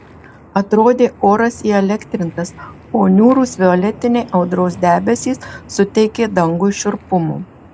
atrodė oras įelektrintas o niūrūs violetiniai audros debesys suteikė dangui šiurpumo